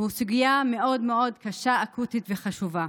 סוגיה מאוד מאוד קשה, אקוטית וחשובה.